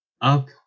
up